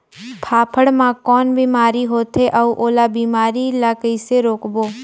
फाफण मा कौन बीमारी होथे अउ ओला बीमारी ला कइसे रोकबो?